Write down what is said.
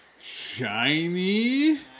shiny